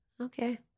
Okay